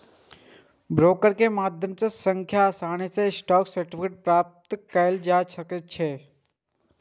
broker के माध्यम सं सबसं आसानी सं स्टॉक सर्टिफिकेट प्राप्त कैल जा सकै छै